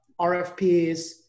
RFPs